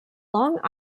long